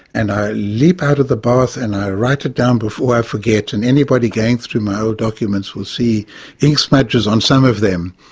and i leap out of the bath and i write it down before i forget, and anybody going through my old documents will see ink smudges on some of them.